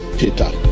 peter